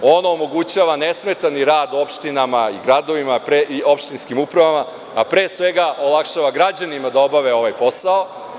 Ono omogućava nesmetani rad opštinama, gradovima i opštinskim upravama, a pre svega olakšava građanima da obave ovaj posao.